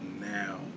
now